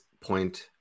point